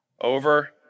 over